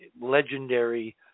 legendary